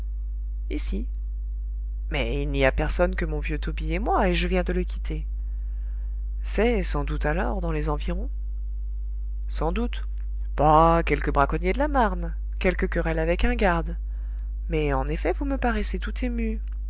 ici ici mais il n'y a personne que mon vieux tobie et moi et je viens de le quitter c'est sans doute alors dans les environs sans doute bah quelque braconnier de la marne quelque querelle avec un garde mais en effet vous me paraissez tout ému